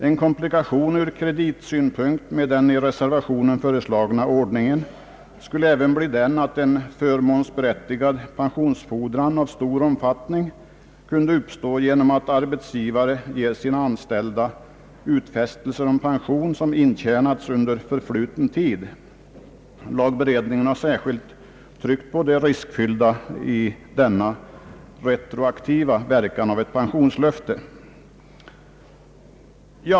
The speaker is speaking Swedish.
En komplikation ur kreditsynpunkt med den i reservationen föreslagna ordningen skulle även bli den att en förmånsberättigad pensionsfordran av stor omfattning kunde uppstå genom att arbetsgivare gett sina anställda utfästelser om pension som intjänats under förfluten tid. Lagberedningen har särskilt tryckt på det riskfyllda i en sådan retroaktiv verkan av ett pensionslöfte.